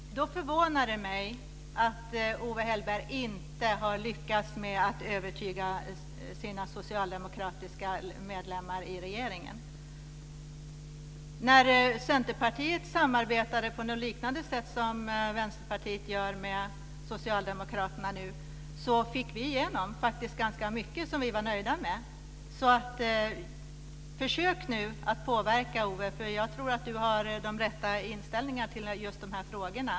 Fru talman! Då förvånar det mig att Owe Hellberg inte har lyckats övertyga de socialdemokratiska medlemmarna i regeringen. När Centerpartiet samarbetade på liknande sätt som Vänsterpartiet nu gör med Socialdemokraterna fick vi igenom ganska mycket som vi var nöjda med. Försök nu att påverka! Jag tror att Owe Hellberg har den rätta inställningen till just de här frågorna.